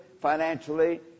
financially